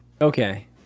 Okay